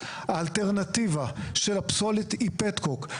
האלטרנטיבה של הפסולת היא פטקוק,